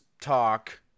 talk